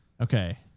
Okay